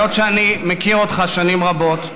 היות שאני מכיר אותך שנים רבות,